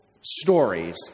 stories